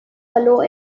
verlor